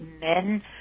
men